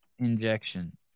injection